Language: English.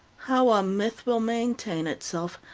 how a myth will maintain itself,